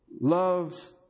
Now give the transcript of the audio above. Love